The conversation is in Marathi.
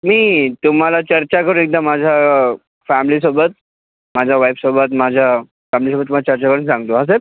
मी तुम्हाला चर्चा करून एकदा माझ्या फॅमलीसोबत माझ्या वाईफसोबत माझ्या फॅमलीसोबत तुम्हाला चर्चा करून सांगतो हां सर